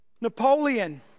Napoleon